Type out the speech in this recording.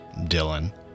Dylan